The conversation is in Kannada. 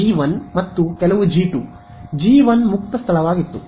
ಜಿ 1 ಮತ್ತು ಕೆಲವು ಜಿ 2 ಜಿ 1 ಮುಕ್ತ ಸ್ಥಳವಾಗಿತ್ತು